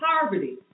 poverty